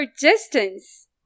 distance